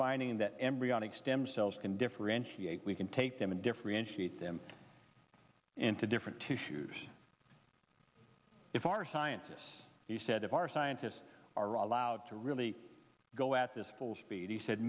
finding that embryonic stem cells can differentiate we can take them and differentiate them into different tissues if our scientists he said if our scientists are allowed to really go at this full speed he said